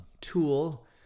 tool